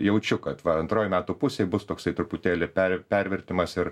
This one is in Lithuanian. jaučiu kad va antroj metų pusėj bus toksai truputėlį per pervertimas ir